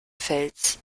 fells